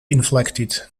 inflected